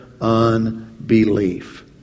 unbelief